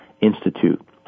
Institute